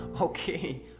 Okay